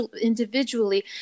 individually